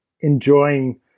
enjoying